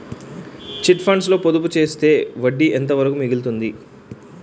Chit funds లో పొదుపు చేస్తే వడ్డీ ఎంత వరకు మిగులుతుంది?